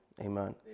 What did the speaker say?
Amen